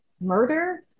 murder